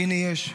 והינה יש.